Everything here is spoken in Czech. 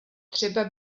třeba